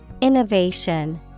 Innovation